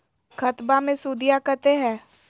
खतबा मे सुदीया कते हय?